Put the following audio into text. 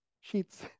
sheets